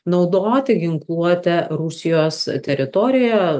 naudoti ginkluotę rusijos teritorijoje